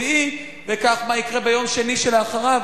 ומה יקרה ביום שני שאחריו?